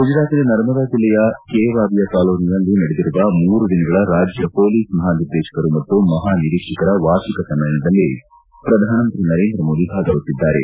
ಗುಜರಾತಿನ ನರ್ಮದಾ ಜಿಲ್ಲೆಯ ಕೇವಾದಿಯ ಕಾಲೋನಿಯಲ್ಲಿ ನಡೆದಿರುವ ಮೂರು ದಿನಗಳ ರಾಜ್ಯ ಪೊಲೀಸ್ ಮಹಾನಿರ್ದೇಶಕರು ಮತ್ತು ಮಹಾನಿರೀಕ್ಷಕರ ವಾರ್ಷಿಕ ಸಮ್ಮೇಳದಲ್ಲಿ ಪ್ರಧಾನಮಂತ್ರಿ ನರೇಂದ್ರ ಮೋದಿ ಭಾಗವಹಿಸಿದ್ದಾರೆ